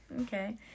okay